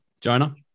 Jonah